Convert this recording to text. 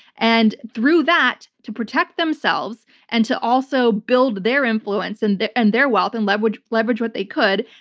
and through that, to protect themselves and to also build their influence and their and their wealth and leverage leverage what they could,